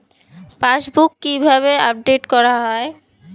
Passbook কিভাবে update করা হয়?